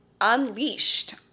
unleashed